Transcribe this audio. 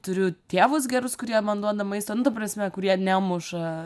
turiu tėvus gerus kurie man duoda maisto nu ta prasme kurie nemuša